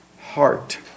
heart